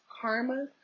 karma